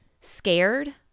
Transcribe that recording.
scared